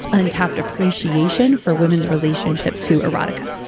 untapped appreciation for women's relationship to erotica.